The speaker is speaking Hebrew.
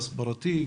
ההסברתי,